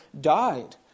died